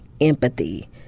empathy